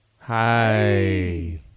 Hi